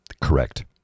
Correct